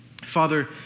Father